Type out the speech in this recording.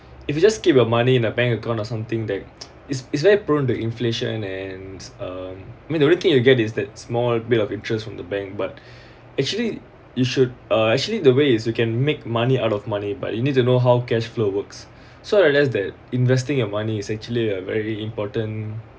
if you just keep your money in the bank account or something that is it's very prone to inflation and um mean everything you get is that small bit of interest from the bank but actually you should uh actually the ways you can make money out of money but you need to know how cash flow works so I realise that investing your money is actually a very important